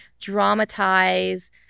dramatize